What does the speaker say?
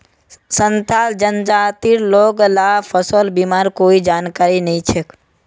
संथाल जनजातिर लोग ला फसल बीमार कोई जानकारी नइ छेक